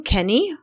Kenny